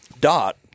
dot